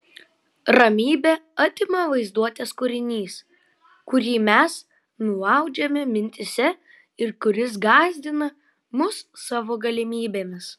ramybę atima vaizduotės kūrinys kurį mes nuaudžiame mintyse ir kuris gąsdina mus savo galimybėmis